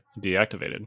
deactivated